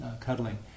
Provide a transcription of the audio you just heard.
cuddling